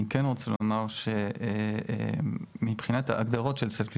אני כן רוצה לומר שמבחינת ההגדרות של סל קליטה,